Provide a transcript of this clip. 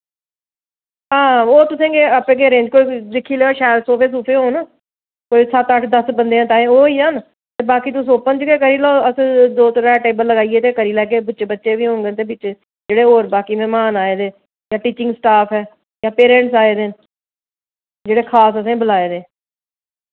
हां ओह् तुसें गी आपें गै अरेंज कोई दिक्खी लैएओ शैल सोफे सूफे होन कोई सत्त अट्ठ दस बंदे ताईं ओह् होई जान ते बाकी तुस ओपन च गै करी लैओ अस दो त्रै टेबल लगाइयै ते करी लैगे बच्चे बुच्चे बी होङन ते बिच्च जेह्ड़े होर बाकी मेहमान आए दे जां टीचिंग स्टाफ ऐ जां पेरैंट्स आए दे जेह्ड़े खास असें बलाए दे